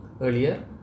earlier